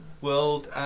world